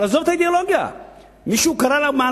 ששכחה מזמן את האידיאולוגיה שלה,